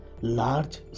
large